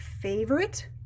favorite